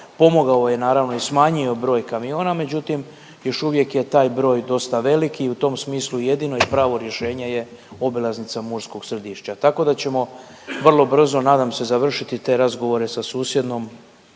pomogao je naravno i smanjio broj kamiona međutim još uvijek je taj broj dosta velik i u tom smislu jedino i pravo rješenje je obilaznica Murskog Središća. Tako da ćemo vrlo brzo nadam se završiti te razgovore sa susjednom